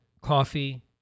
coffee